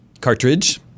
Cartridge